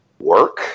Work